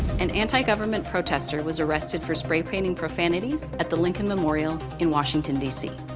an anti government protester was arrested for spring painting profanities at the lincoln memorial in washington, dc.